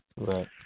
Right